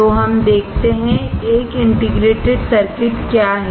तो हम देखते हैं एक इंटीग्रेटेड सर्किट क्या है